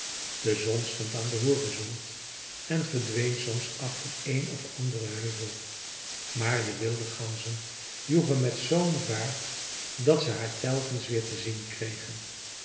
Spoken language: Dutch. de zon stond aan den horizont en verdween soms achter een of anderen heuvel maar de wilde ganzen joegen met zoo'n vaart dat ze haar telkens weer te zien kregen